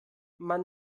man